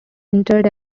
interred